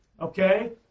okay